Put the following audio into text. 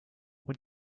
when